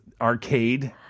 arcade